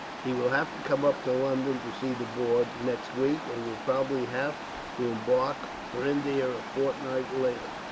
he will have to come up to london to see the board, next week, and will probably have to embark for india a fortnight later.